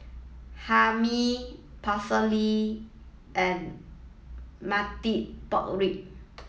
Hae Mee Pecel Lele and Marmite Pork Ribs